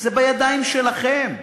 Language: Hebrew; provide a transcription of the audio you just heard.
זה בידיים שלכם.